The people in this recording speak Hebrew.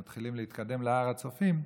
הם מתחילים להתקדם להר הצופים.